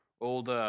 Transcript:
old